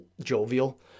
jovial